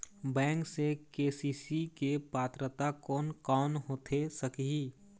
Bank से KCC के पात्रता कोन कौन होथे सकही?